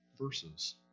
verses